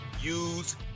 use